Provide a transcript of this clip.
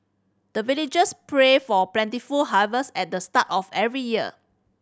the villagers pray for plentiful harvest at the start of every year